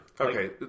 Okay